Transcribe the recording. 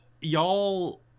y'all